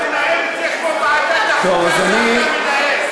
תנהל את זה כמו ועדת החוקה שאתה מנהל.